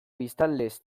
biztanlez